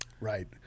Right